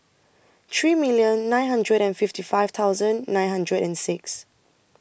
three million nine hundred and Fifth five thousand nine hundred and six